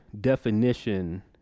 definition